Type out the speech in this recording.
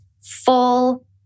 full